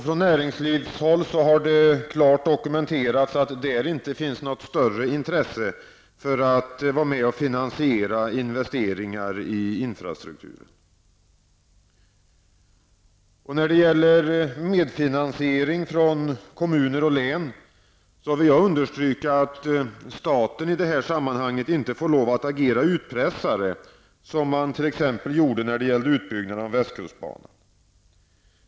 Från näringslivet har mycket klart dokumenterats att något större intresse för att finansiera investeringar i infrastrukturen inte föreligger. När det gäller medfinansiering från kommuner och län vill jag understryka att staten inte får lov att agera utpressare, som man t.ex. gjorde i samband med utbyggnaden av västkustbanan.